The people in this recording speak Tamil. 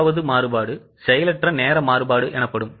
மூன்றாவது மாறுபாடு செயலற்ற நேர மாறுபாடு எனப்படும்